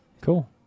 Cool